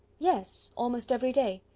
yes, almost every day.